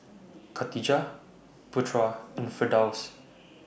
Khatijah Putra and Firdaus